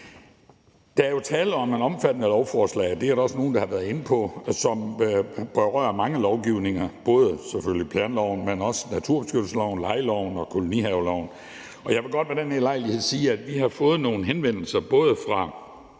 Der er tale om et omfattende lovforslag – det er der også nogle der har været inde på – som berører mange lovgivninger, både selvfølgelig planloven, men også naturbeskyttelsesloven, lejeloven og kolonihaveloven. Og jeg vil godt ved den her lejlighed sige, at vi har fået nogle henvendelser, bl.a. fra